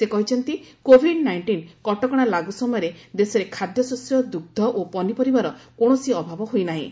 ସେ କହିଛନ୍ତି covid nineteen କଟକଣା ଲାଗୁ ସମୟରେ ଦେଶରେ ଖାଦ୍ୟଶସ୍ୟ ଦୁଗ୍ର ଓ ପନିପରିବାର କକିଣସି ଅଭାବ ହୋଇନାହିଁ